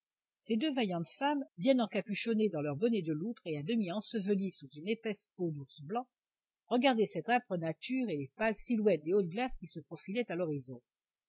ces deux vaillantes femmes bien encapuchonnées dans leur bonnets de loutre et à demi ensevelies sous une épaisse peau d'ours blanc regardaient cette âpre nature et les pâles silhouettes des hautes glaces qui se profilaient à l'horizon